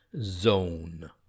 zone